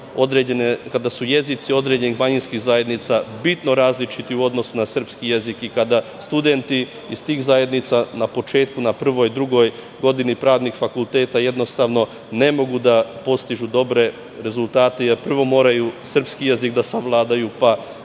kada su jezici određenih manjinskih zajednica bitno različiti u odnosu na srpski jezik i kada studenti iz tih zajednica na početku, na prvoj, drugoj godini pravnih fakulteta jednostavno ne mogu da postižu dobre rezultate jer prvo moraju srpski jezik da savladaju, pa